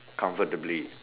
comfortably